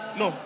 no